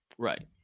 Right